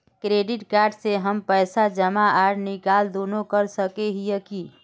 Credit card से हम पैसा जमा आर निकाल दोनों कर सके हिये की?